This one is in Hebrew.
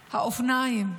-- האופניים.